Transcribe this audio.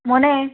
മോനേ